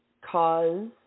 cause